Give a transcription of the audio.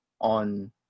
on –